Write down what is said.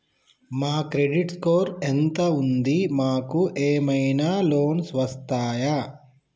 మా credit score ఎంత ఉంది? మాకు ఏమైనా లోన్స్ వస్తయా?